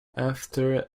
after